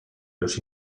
los